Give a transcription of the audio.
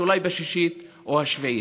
אולי בשישית או השביעית.